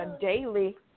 daily